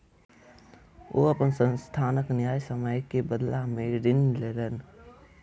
ओ अपन संस्थानक न्यायसम्य के बदला में ऋण लेलैन